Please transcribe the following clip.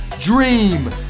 dream